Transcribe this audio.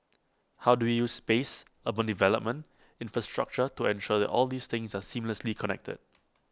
how do we use space urban development infrastructure to ensure that all these things are seamlessly connected